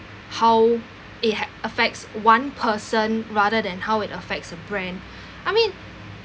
how it ha~ affects one person rather than how it affects a brand I mean